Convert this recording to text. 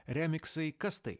remiksai kas tai